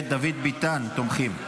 אני קובע כי הצעת חוק תגמולים ליתום